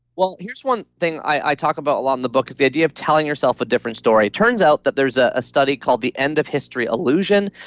well, here's one thing i talk about a lot in the book is the idea of telling yourself a different story. it turns out that there's ah a study called the end of history illusion.